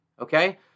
Okay